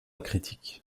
critique